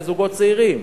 לזוגות צעירים.